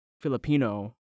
Filipino